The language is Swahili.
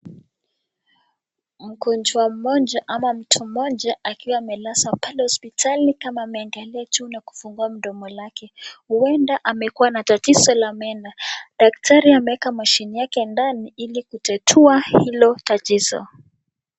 Mgonjwa mmoja ama mtu mmoja akiwa amelazwa pale hospitalini kama anaendelea tu na kufungua mdomo lake. Huenda amekuwa na tatizo la meno. Daktari ameweka mashine yake ndani ili kutatua hilo tatizo.